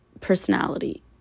personality